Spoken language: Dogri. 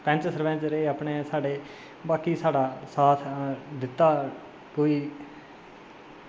पैंच सरपैंच रेह् साढ़े अपने बाकी साढ़ा साथ दित्ता कोई